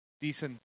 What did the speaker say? Decent